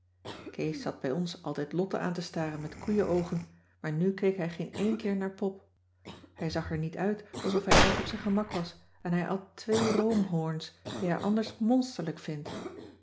kees zat bij ons altijd lotte aan te staren met koeie oogen maar nu keek hij geen een keer naar pop hij zag er niet uit alsof hij erg op zijn gemak was en hij at twee roomhoorns die hij anders monsterlijk vindt